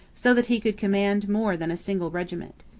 so that he could command more than a single regiment.